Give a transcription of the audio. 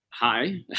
Hi